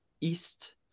East